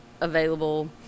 available